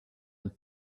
had